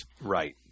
Right